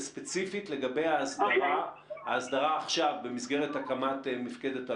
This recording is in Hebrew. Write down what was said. וספציפית לגבי ההסברה עכשיו במסגרת הקמת מפקדת אלון,